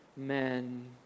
Amen